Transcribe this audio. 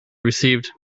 received